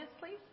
please